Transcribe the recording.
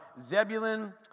Zebulun